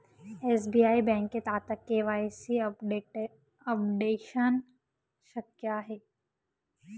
SBI बँकेत आता KYC updation शक्य आहे